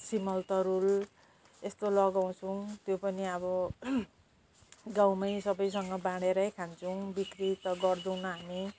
सिमल तरुल यस्तो लगाउँछौँ त्यो पनि अब गाउँमै सबैसँग बाँढेरै खान्छौँ बिक्री त गर्दौनौँ हामी